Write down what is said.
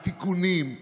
בתיקונים,